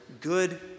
good